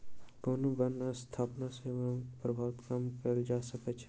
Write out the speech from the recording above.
पुनः बन स्थापना सॅ वनोन्मूलनक प्रभाव कम कएल जा सकै छै